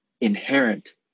inherent